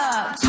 up